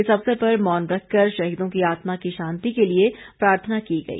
इस अवसर पर मौन रखकर शहीदों की आत्मा की शांति के लिए प्रार्थना की गई